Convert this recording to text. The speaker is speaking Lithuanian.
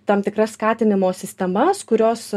tam tikras skatinimo sistemas kurios